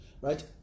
right